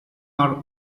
are